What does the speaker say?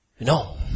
No